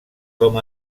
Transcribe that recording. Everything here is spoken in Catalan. com